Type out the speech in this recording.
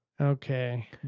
Okay